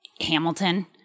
Hamilton